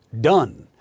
done